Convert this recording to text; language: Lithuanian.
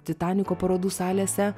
titaniko parodų salėse